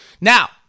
Now